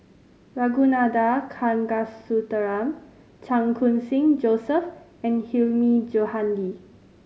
Ragunathar Kanagasuntheram Chan Khun Sing Joseph and Hilmi Johandi